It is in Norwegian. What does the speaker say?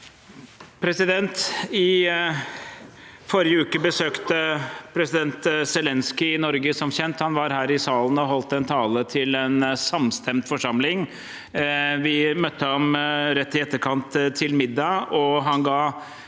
I forrige uke besøkte president Zelenskyj Norge, som kjent. Han var her i salen og holdt en tale til en samstemt forsamling. Vi møtte ham til middag rett i etterkant, og han ga